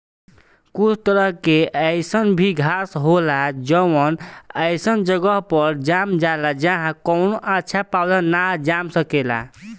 कुछ तरह के अईसन भी घास होला जवन ओइसन जगह पर जाम जाला जाहा कवनो अच्छा पौधा ना जाम सकेला